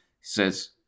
says